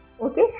Okay